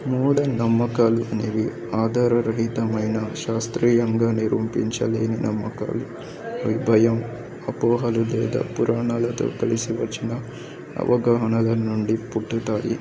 మూఢ నమ్మకాలు అనేవి ఆధారరహితమైన శాస్త్రీయంగా నిరూంపించలేని నమ్మకాలు అవి భయం అపోహలు లేదా పురాణాలతో కలిసి వచ్చిన అవగాహనల నుండి పుట్టుతాయి